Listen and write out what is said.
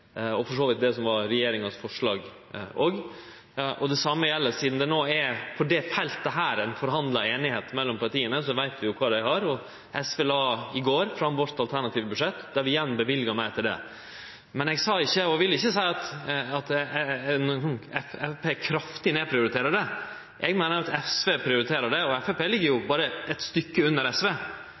og for så vidt det som var regjeringas forslag. Det same gjeld no. Sidan det på dette feltet no er forhandla fram einigheit mellom partia, veit vi kva dei har. SV la i går fram vårt alternative budsjett, der vi igjen løyvde meir til dette. Men eg sa ikkje – og vil ikkje seie – at Framstegspartiet kraftig nedprioriterer det. Eg meiner at SV prioriterer det, og Framstegspartiet er berre eit stykke unna SV.